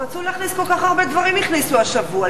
רצו להכניס, כל כך הרבה דברים הכניסו השבוע.